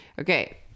okay